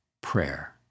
prayer